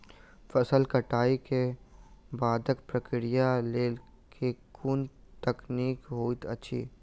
फसल कटाई केँ बादक प्रक्रिया लेल केँ कुन तकनीकी होइत अछि?